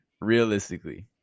Realistically